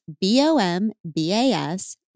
B-O-M-B-A-S